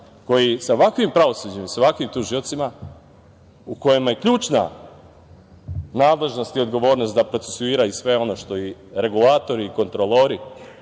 koji sa ovakvim pravosuđem i sa ovakvim tužiocima, u kojima je ključna nadležnost i odgovornost da procesuira i sve ono što i regulator i kontrolori,